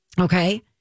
Okay